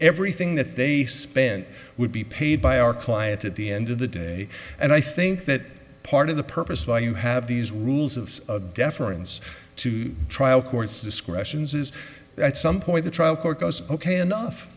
everything that they spent would be paid by our client at the end of the day and i think that part of the purpose of why you have these rules of deference to trial courts discretions is at some point the trial court goes ok enough